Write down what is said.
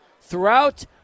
throughout